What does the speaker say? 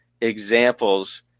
examples